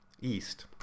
east